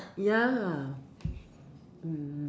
ya mm